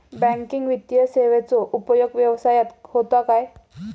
Banking वित्तीय सेवाचो उपयोग व्यवसायात होता काय?